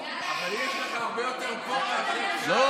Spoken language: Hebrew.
אבל אם יש לך הרבה יותר פה מאשר שם,